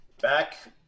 back